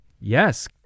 Yes